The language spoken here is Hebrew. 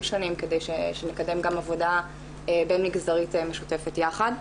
שונים כדי שנקדם גם עבודה בין מגזרית משותפת יחד.